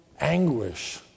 anguish